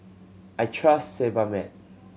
I trust Sebamed